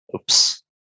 oops